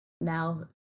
now